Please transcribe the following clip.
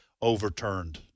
overturned